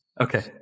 Okay